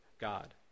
God